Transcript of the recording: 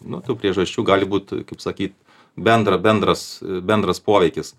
nu tų priežasčių gali būt kaip sakyt bendra bendras bendras poveikis